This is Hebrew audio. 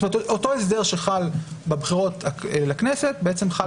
זאת אומרת שאותו הסדר שחל בבחירות לכנסת בעצם חל